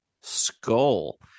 Skull